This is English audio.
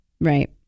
Right